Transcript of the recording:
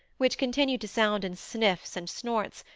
which continued to sound in sniffs and snorts,